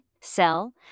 sell